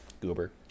Goober